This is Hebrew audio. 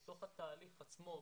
בתוך התהליך עצמו,